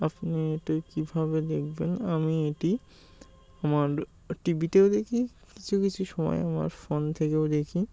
আপনি এটি কীভাবে দেখবেন আমি এটি আমার টিভিতেও দেখি কিছু কিছু সময় আমার ফোন থেকেও দেখি